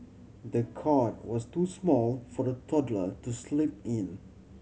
the cot was too small for the toddler to sleep in